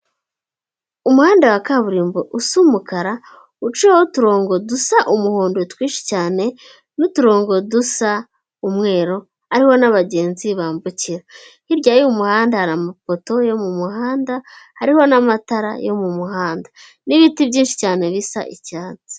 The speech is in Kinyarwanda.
Umuhanda wa kaburimbo usa umukara, uciyeho uturongo dusa umuhondo twinshi cyane, n'uturongo dusa umweru, ari ho n'abagenzi bambukira. Hirya y'uyu muhanda hari amapoto yo mu muhanda, hariho n'amatara yo mu muhanda n'ibiti byinshi cyane bisa icyatsi.